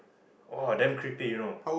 ah then creepy you know